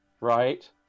right